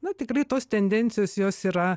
na tikrai tos tendencijos jos yra